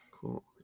Cool